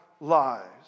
lives